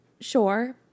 sure